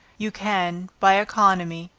you can, by economy,